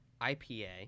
IPA